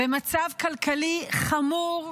במצב כלכלי חמור,